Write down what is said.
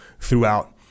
throughout